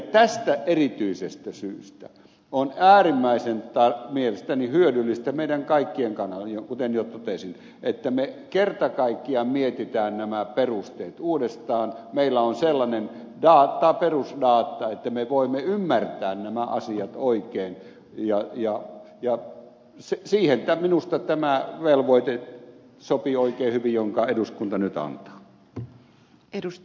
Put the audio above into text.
tästä erityisestä syystä on mielestäni äärimmäisen hyödyllistä meidän kaikkien kannalta kuten jo totesin että me kerta kaikkiaan mietimme nämä perusteet uudestaan meillä on sellainen perusdata että me voimme ymmärtää nämä asiat oikein ja siihen minusta sopii oikein hyvin tämä velvoite jonka eduskunta nyt antaa